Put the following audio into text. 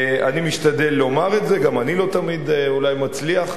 אני משתדל לומר את זה, גם אני לא תמיד אולי מצליח.